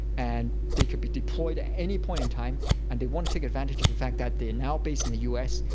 and they could be deployed at any point in time and they want to take advantage of the fact that they're and now based in the u s.